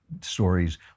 stories